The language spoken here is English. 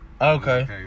Okay